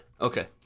Okay